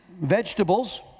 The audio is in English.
vegetables